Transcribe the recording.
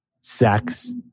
sex